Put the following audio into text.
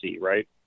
Right